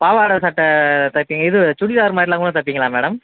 பாவாடை சட்டை தைச்சி இது சுடிதார் மாதிரிலாம் கூட தைப்பீங்களா மேடம்